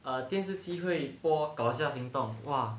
err 电视机会播搞笑行动哇